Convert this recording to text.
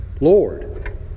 Lord